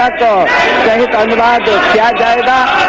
da da da da da da da